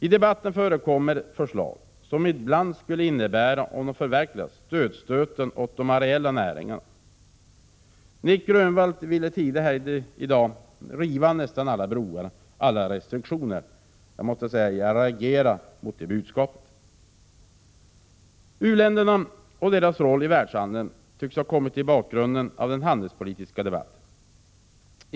I debatten förekommer ibland förslag som, om de skulle förverkligas, skulle innebära dödsstöten för de areella näringarna. Nic Grönvall ville tidigare i dag riva nästan alla broar och restriktioner. Jag reagerade mot det budskapet. U-länderna och deras roll i världshandeln tycks ha kommit i bakgrunden av den handelspolitiska debatten.